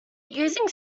using